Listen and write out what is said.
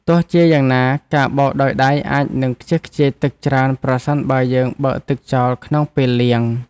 ទោះជាយ៉ាងណាការបោកដោយដៃអាចនឹងខ្ជះខ្ជាយទឹកច្រើនប្រសិនបើយើងបើកទឹកចោលក្នុងពេលលាង។